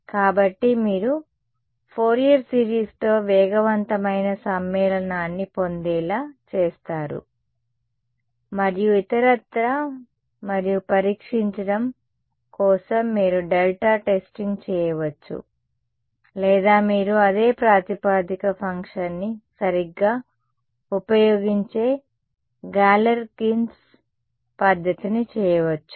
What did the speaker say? కాబట్టి మీరు ఫోరియర్ సిరీస్తో వేగవంతమైన సమ్మేళనాన్ని పొందేలా చేస్తారు మరియు ఇతరత్రా మరియు పరీక్షించడం కోసం మీరు డెల్టా టెస్టింగ్ చేయవచ్చు లేదా మీరు అదే ప్రాతిపదిక ఫంక్షన్ని సరిగ్గా ఉపయోగించే గేలర్కిన్స్ పద్ధతిని చేయవచ్చు